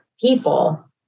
people